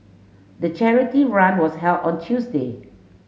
the charity run was held on Tuesday